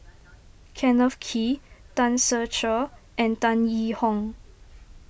Kenneth Kee Tan Ser Cher and Tan Yee Hong